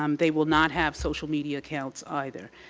um they will not have social media accounts either.